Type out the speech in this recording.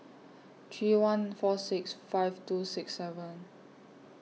three one four six five two six seven